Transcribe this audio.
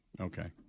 okay